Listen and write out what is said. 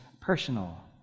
personal